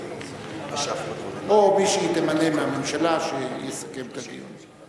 או מי שהיא תמנה מהממשלה שיסכם את הדיון.